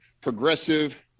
progressive